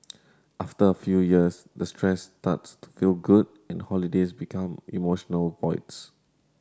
after a few years the stress starts to feel good and holidays become emotional voids